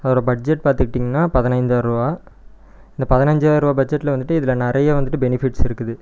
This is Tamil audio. அதோடய பட்ஜெட் பார்த்துக்கிட்டீங்கன்னா பதினைந்தாயரூபா இந்த பதினஞ்சாயரூபா பட்ஜெட்டில் வந்துவிட்டு இதில் நிறைய வந்துவிட்டு பெனிஃபிட்ஸ் இருக்குது